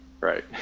right